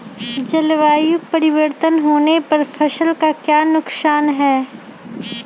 जलवायु परिवर्तन होने पर फसल का क्या नुकसान है?